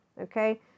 Okay